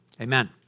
Amen